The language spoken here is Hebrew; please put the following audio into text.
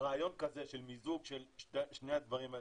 רעיון כזה של מיזוג שני הדברים האלה,